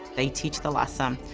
they teach the lesson,